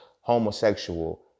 homosexual